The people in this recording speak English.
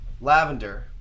Lavender